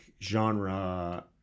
genre